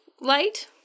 light